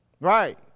Right